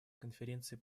конференции